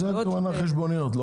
חשבוניות.